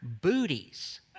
booties